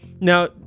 now